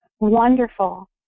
Wonderful